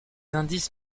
indices